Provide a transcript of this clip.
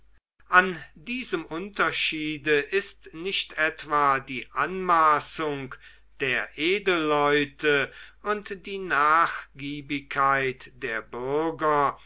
an diesem unterschiede ist nicht etwa die anmaßung der edelleute und die nachgiebigkeit der bürger